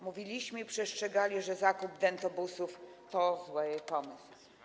Mówiliśmy i przestrzegaliśmy, że zakup dentobusów to zły pomysł.